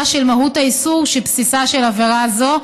של מהות האיסור שבבסיסה של עבירה זו.